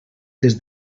des